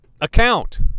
account